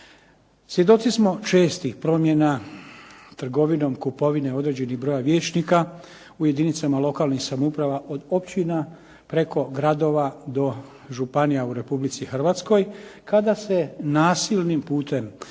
Svjedoci smo čestih promjena trgovinom kupovine određenih broja vijećnika u jedinicama lokalnih samouprava od općina preko gradova do županija u Republici Hrvatskoj kada se nasilnim putem,